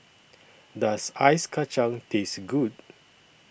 Does Ice Kacang Taste Good